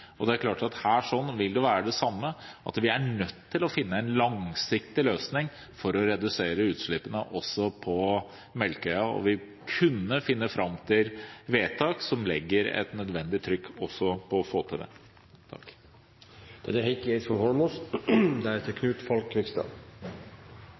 klart at her vil det være det samme: Vi er nødt til å finne en langsiktig løsning for å redusere utslippene også på Melkøya, og vi kan komme fram til vedtak som legger et nødvendig trykk for å få til det.